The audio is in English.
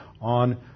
on